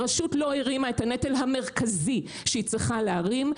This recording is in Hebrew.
הרשות לא הרימה את הנטל המרכזי שהיא צריכה להרים,